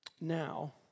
now